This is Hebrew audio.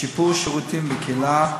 שיפור שירותים בקהילה,